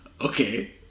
okay